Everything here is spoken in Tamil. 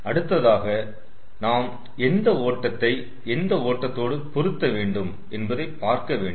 அடுத்ததாக நாம் எந்த ஓட்டத்தை எந்த ஓட்டத்தோடு பொருத்த வேண்டும் என்பதை பார்க்க வேண்டும்